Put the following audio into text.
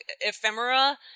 ephemera